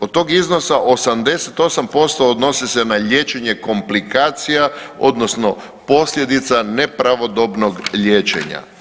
Od tog iznosa 88% odnosi se na liječenje komplikacija odnosno posljedica nepravodobnog liječenja.